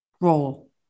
role